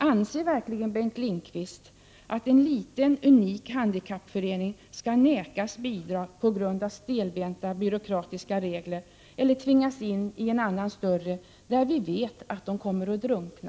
Anser Bengt Lindqvist verkligen att en liten unik handikappförening skall vägras bidrag på grund av stelbenta byråkratiska regler, eller tvingas in i en annan och större handikapporganisation där den — det vet vi — kommer att drunkna?